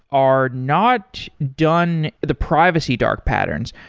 are not done the privacy dark patterns,